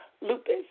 lupus